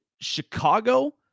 Chicago